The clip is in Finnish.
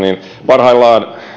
parhaillaan